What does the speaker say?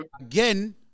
Again